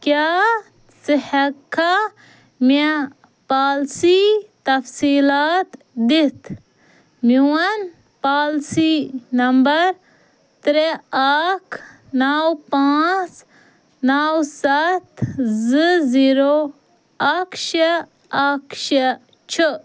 کیٛاہ ژٕ ہیٚکہِ کھا مےٚ پوٛالسی تفصیٖلات دِتھ میٛون پوٛالسی نمبر ترٛےٚ اَکھ نَو پانٛژھ نَو سَتھ زٕ زیٖرو اَکھ شےٚ اَکھ شےٚ چھُ